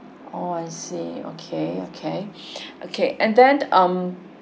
oh I see okay okay okay and then um